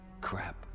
crap